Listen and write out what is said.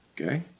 Okay